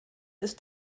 ist